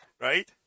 right